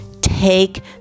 take